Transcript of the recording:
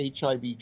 HIV